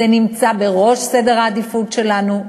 זה נמצא בראש סדר העדיפויות שלנו,